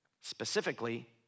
specifically